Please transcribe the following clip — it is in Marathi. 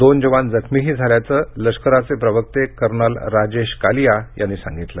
दोन जवान जखमीही झाल्याचं लष्कराचे प्रवक्ते कर्नल राजेश कालिया यांनी सांगितलं